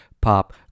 pop